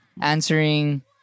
answering